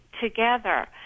together